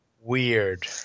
Weird